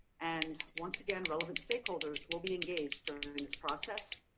and once again relevant stakeholders will be engaged during this process.